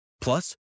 Plus